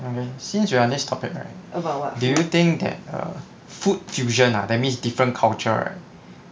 all right since we are on this topic right do you think that err food fusion lah that means different culture right